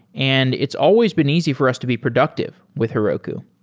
and it's always been easy for us to be productive with heroku.